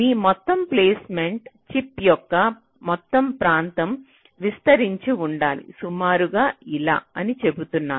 మీ మొత్తం placement chip యొక్క మొత్తం ప్రాంతం విస్తరించి ఉండాలి సుమారుగా ఇలా అని చెబుతున్నాను